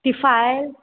ती फायल